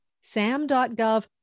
SAM.gov